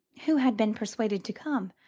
who had been persuaded to come,